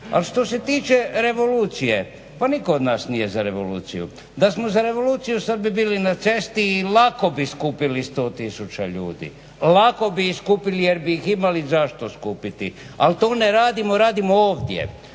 Ali što se tiče revolucije, pa nitko od nas nije za revoluciju. Da smo za revoluciju sada bi bili na cesti i lako bi skupili 100 tisuća ljudi, lako bi ih skupili jer bi ih imali zašto skupiti. Ali to ne radimo, radimo ovdje,